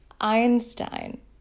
Einstein